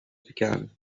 begun